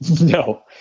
No